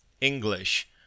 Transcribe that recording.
English